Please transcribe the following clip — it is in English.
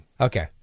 Okay